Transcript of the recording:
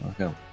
Okay